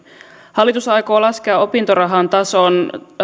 hallitus aikoo laskea opintorahan tason